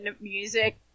music